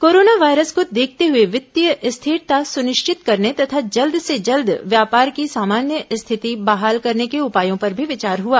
corona virus को देखते हुए वित्तीय स्थिरता सुनिश्चित करने तथा जल्द से जल्द व्यापार की सामान्य स्थिति बहाल करने के उपायों पर भी विचार हुआ